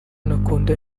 ntakunda